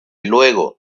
luego